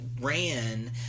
ran